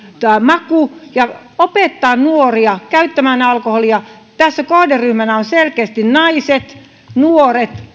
maku ja opettaa nuoria käyttämään alkoholia tässä kohderyhmänä ovat selkeästi naiset nuoret